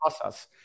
process